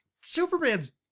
Superman's